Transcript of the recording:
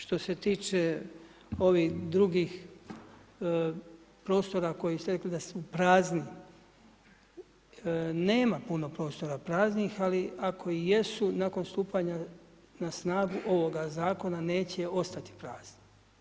Što se tiče ovih drugih prostora koji ste rekli da su prazni, nema puno prostora praznih ali ako i jesu, nakon stupanja na snagu ovoga zakona, neće ostati prazni.